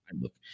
look